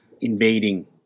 invading